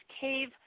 cave